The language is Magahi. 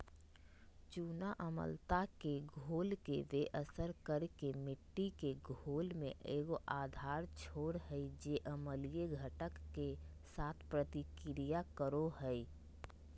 चूना अम्लता के घोल के बेअसर कर के मिट्टी के घोल में एगो आधार छोड़ हइ जे अम्लीय घटक, के साथ प्रतिक्रिया करो हइ